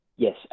Yes